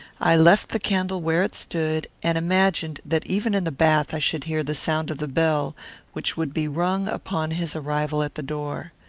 i left the candle where it stood, and imagined that even in the bath i should hear the sound of the bell which would be rung upon his arrival at the door.